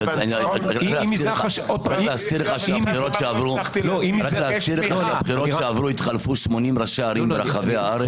--- רק להזכיר לך שבבחירות שעברו התחלפו 80 ראשי ערים ברחבי הארץ.